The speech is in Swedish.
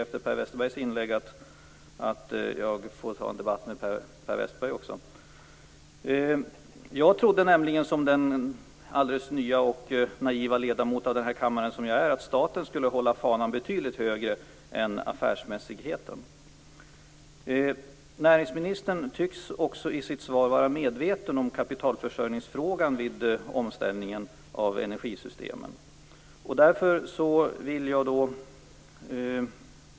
Efter Per Westerbergs inlägg inser jag att jag får ta en debatt även med honom. Jag trodde nämligen som den alldeles nya och naiva ledamot av denna kammare som jag är att staten skulle hålla fanan betydligt högre än att bara låta det handla om affärsmässigheten. Näringsministern tycks i sitt svar vara medveten om kapitalförsörjningsfrågan vid omställningen av energisystemen.